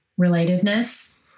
relatedness